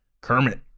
Kermit